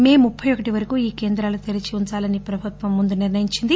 మే ముప్పై ఒకటి వరకు ఈ కేంద్రాలు తెరిచి ఉంచాలని ప్రభుత్వం ముందు నిర్ణయించింది